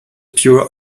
pure